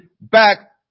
back